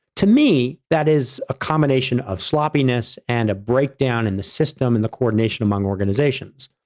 to me, that is a combination of sloppiness and a breakdown in the system and the coordination among organizations.